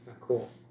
Cool